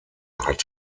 hat